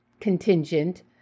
contingent